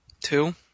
Two